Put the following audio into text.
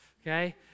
Okay